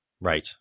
Right